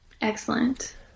Excellent